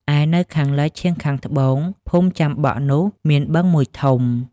ឯនៅខាងលិចឆៀងខាងត្បូងភូមិចាំបក់នោះមានបឹងមួយធំ